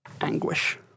anguish